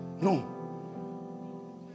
no